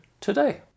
today